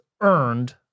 earned